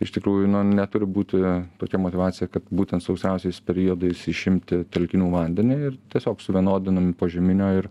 iš tikrųjų neturi būti tokia motyvacija kad būtent sausiausiais periodais išimti telkinių vandenį ir tiesiog suvienodinami požeminio ir